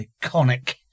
iconic